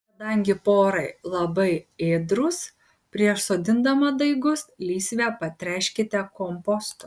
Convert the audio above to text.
kadangi porai labai ėdrūs prieš sodindami daigus lysvę patręškite kompostu